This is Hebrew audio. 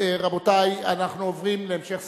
רבותי, אנחנו עוברים להמשך סדר-היום.